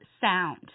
sound